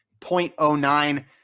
0.09